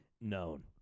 known